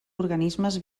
organismes